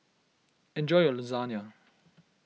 enjoy your Lasagne